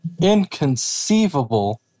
inconceivable